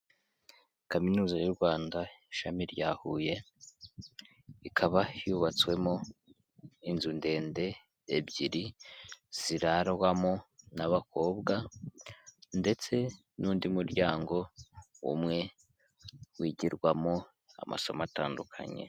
Kaminuza y'u Rwanda ishami rya Huye, ikaba yubatswemo inzu ndende ebyiri zirarwamo n'abakobwa, ndetse n'undi muryango umwe wigirwamo amasomo atandukanye.